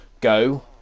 go